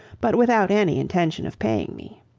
but without any intention of paying me.